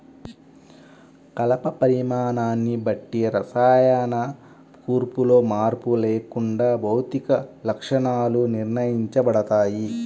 కలప పరిమాణాన్ని బట్టి రసాయన కూర్పులో మార్పు లేకుండా భౌతిక లక్షణాలు నిర్ణయించబడతాయి